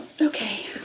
Okay